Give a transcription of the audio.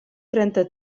trenta